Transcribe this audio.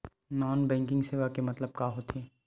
Non banking सेवा के मतलब का होथे?